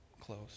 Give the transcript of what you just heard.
close